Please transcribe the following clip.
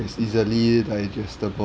that is easily digesti~